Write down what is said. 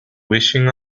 wishing